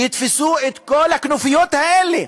שיתפסו את כל הכנופיות האלה.